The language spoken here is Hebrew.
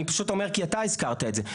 אני פשוט אומר כי אתה הזכרת את זה.